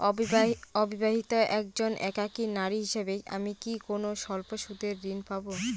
অবিবাহিতা একজন একাকী নারী হিসেবে আমি কি কোনো স্বল্প সুদের ঋণ পাব?